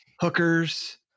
hookers